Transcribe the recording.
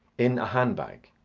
in a hand-bag.